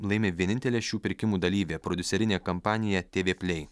laimi vienintelė šių pirkimų dalyvė prodiuserinė kampanija tv plei